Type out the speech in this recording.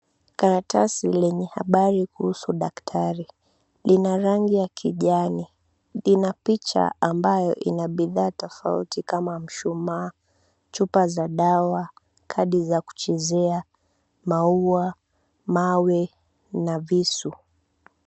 Karatasi lenye habari kuhusu daktari. Lina rangi ya kijani, inabidhaa aina tofauti kama mshumaa, chupa za dawa, kadi za kuchezea, maua, mawe na visu.